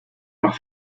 más